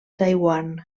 taiwan